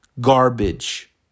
garbage